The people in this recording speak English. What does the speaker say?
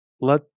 let